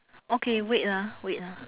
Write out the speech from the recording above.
okay wait ah wait ah